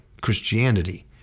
Christianity